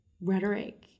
rhetoric